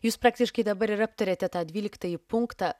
jūs praktiškai dabar ir aptariate tą dvyliktąjį punktą